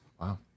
Wow